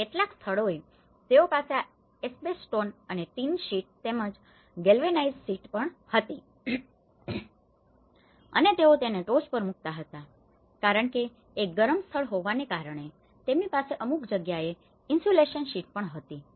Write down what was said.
અને કેટલાક સ્થળોએ તેઓ પાસે આ એસ્બેસ્ટોસ અને ટીન શીટ તેમજ ગેલ્વેનાઇઝડ શીટ પણ હતી અને તેઓ તેને ટોચ પર મૂકતા હતા કારણ કે એક ગરમ સ્થળ હોવાને કારણે તેમની પાસે અમુક જગ્યાએ ઇન્સ્યુલેશન શીટ્સ પણ હતી